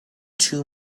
two